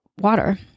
water